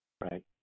Right